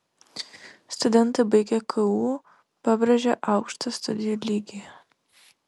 studentai baigę ku pabrėžia aukštą studijų lygį